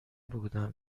بودم